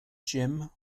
jim